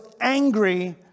angry